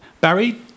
Barry